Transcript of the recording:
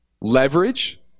leverage